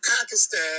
Pakistan